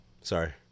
Sorry